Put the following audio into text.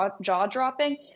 jaw-dropping